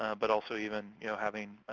um but also even you know having